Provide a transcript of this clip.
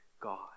God